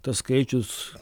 tas skaičius